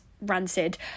rancid